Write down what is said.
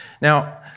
Now